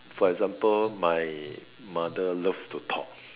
for example my mother love to talk